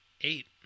eight